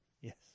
Yes